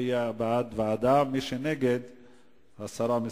מי שמצביע בעד,